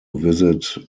visit